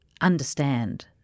understand